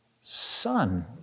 son